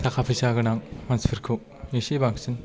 थाखा फैसा गोनां मानसिफोरखौ इसे बांसिन